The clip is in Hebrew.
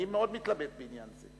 אני מאוד מתלבט בעניין זה.